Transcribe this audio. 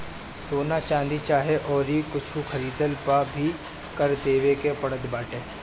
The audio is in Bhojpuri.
सोना, चांदी चाहे अउरी कुछु खरीदला पअ भी कर देवे के पड़त बाटे